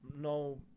no